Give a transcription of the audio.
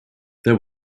there